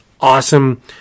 awesome